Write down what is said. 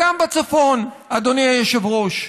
אדוני היושב-ראש,